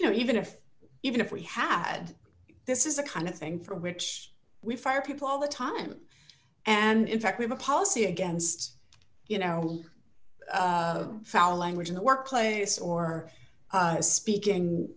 you know even if even if we had this is a kind of thing for which we fire people all the time and in fact we've a policy against you know foul language in the workplace or speaking